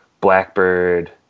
Blackbird